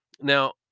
Now